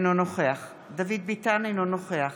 אינו נוכח דוד ביטן, אינו נוכח